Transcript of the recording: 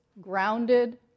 grounded